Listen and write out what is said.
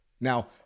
Now